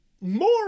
more